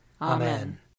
Amen